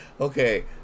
Okay